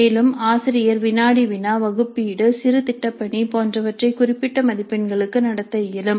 மேலும் ஆசிரியர் வினாடி வினா வகுப்பு ஈடு சிறு திட்டப்பணி போன்றவற்றை குறிப்பிட்ட மதிப்பெண்களுக்கு நடத்த இயலும்